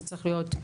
זה צריך להיות,